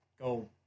go